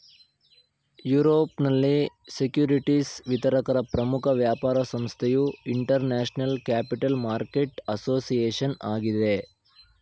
ಯುರೋಪ್ನಲ್ಲಿ ಸೆಕ್ಯೂರಿಟಿಸ್ ವಿತರಕರ ಪ್ರಮುಖ ವ್ಯಾಪಾರ ಸಂಸ್ಥೆಯು ಇಂಟರ್ನ್ಯಾಷನಲ್ ಕ್ಯಾಪಿಟಲ್ ಮಾರ್ಕೆಟ್ ಅಸೋಸಿಯೇಷನ್ ಆಗಿದೆ